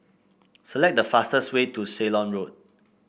select the fastest way to Ceylon Road